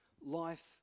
life